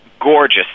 gorgeous